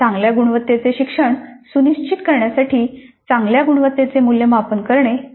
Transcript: चांगल्या गुणवत्तेचे शिक्षण सुनिश्चित करण्यासाठी चांगल्या गुणवत्तेचे मूल्यमापन करणे आवश्यक आहे